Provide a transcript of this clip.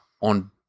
on